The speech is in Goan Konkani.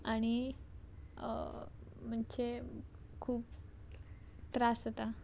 आणी म्हणचे खूब त्रास जाता